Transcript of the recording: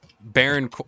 Baron